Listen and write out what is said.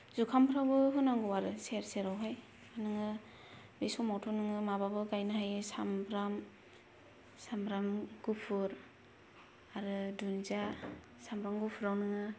जुखामफोरावबो होनांगौ आरो सेर सेरावहाय नोङो बे समावथ' नोङो माबाबो गायनो हायो सामब्राम सामब्राम गुफुर आरो दुन्दिया सामब्राम गुफुराव नोङो